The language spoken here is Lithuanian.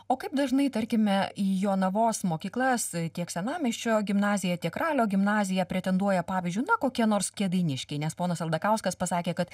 o kaip dažnai tarkime į jonavos mokyklas tiek senamiesčio gimnaziją tiek ralio gimnaziją pretenduoja pavyzdžiui na kokie nors kėdainiškiai nes ponas aldakauskas pasakė kad